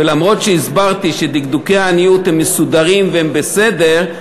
ואף שהסברתי שדקדוקי העניות מסודרים והם בסדר,